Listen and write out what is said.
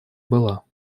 была